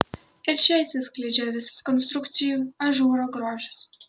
iš čia atsiskleidžia visas konstrukcijų ažūro grožis